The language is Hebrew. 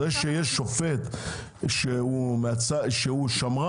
זה שיש שופט שהוא שמרן,